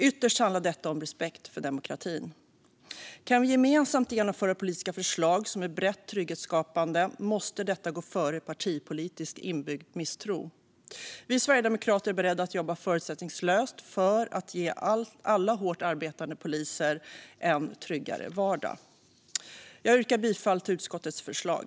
Ytterst handlar detta om respekt för demokratin. Kan vi gemensamt genomföra politiska förslag som är brett trygghetsskapande måste detta gå före partipolitiskt inbyggd misstro. Vi Sverigedemokrater är beredda att jobba förutsättningslöst för att ge alla hårt arbetande poliser en tryggare vardag. Jag yrkar bifall till utskottets förslag.